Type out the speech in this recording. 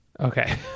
okay